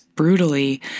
brutally